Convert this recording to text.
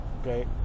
okay